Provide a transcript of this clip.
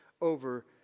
over